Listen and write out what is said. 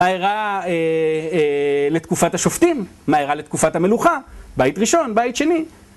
מה אירע לתקופת השופטים, מה אירע לתקופת המלוכה, בית ראשון, בית שני.